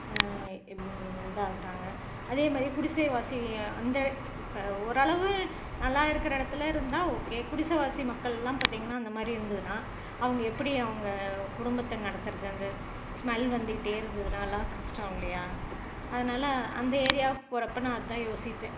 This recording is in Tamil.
இதாக ஆகிறாங்க அதே மாதிரி குடிசை வாசி அந்த இப்போ ஒரு அளவு நல்லா இருக்கிற இடத்துல இருந்தால் ஓகே குடிசை வாசி மக்கள்லாம் பார்த்திங்கன்னா அந்த மாதிரி இருந்ததுனா அவங்க எப்படி அவங்க குடும்பத்தை நடத்துறது அந்த ஸ்மெல் வந்துகிட்டே இருந்ததுனா அதெலாம் கஷ்டம் இல்லையா அதனால அந்த ஏரியாவுக்கு போகிறப்ப நான் அதான் யோசிப்பேன்